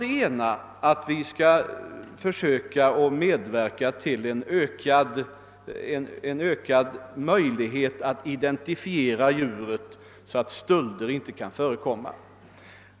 Vår ena uppgift är alltså att försöka medverka till en ökad möjlighet att identifiera djuren så att stölder inte kan förekomma.